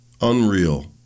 Unreal